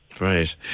Right